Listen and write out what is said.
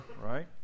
right